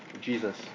Jesus